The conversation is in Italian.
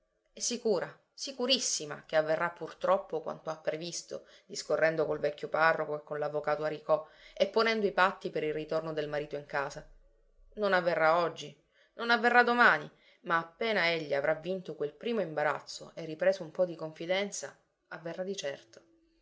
è sicura sicurissima che avverrà purtroppo quanto ha previsto discorrendo col vecchio parroco e con l'avvocato aricò e ponendo i patti per il ritorno del marito in casa non avverrà oggi non avverrà domani ma appena egli avrà vinto quel primo imbarazzo e ripreso un po di confidenza avverrà di certo